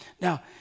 Now